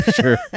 sure